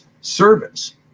service